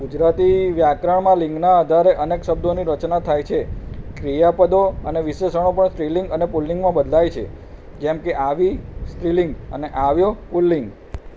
ગુજરાતી વ્યાકરણમાં લિંગના આધારે અનેક શબ્દોની રચના થાય છે ક્રિયાપદો અને વિશેષણો પણ સ્ત્રીલિંગ અને પુલ્લિંગમાં બદલાય છે જેમ કે આવી સ્ત્રીલિંગ અને આવ્યો પુલ્લિંગ